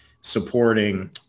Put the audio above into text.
supporting